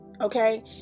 okay